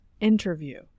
interview